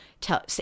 tell